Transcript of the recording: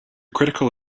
critical